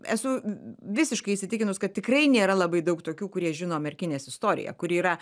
esu visiškai įsitikinus kad tikrai nėra labai daug tokių kurie žino merkinės istoriją kuri yra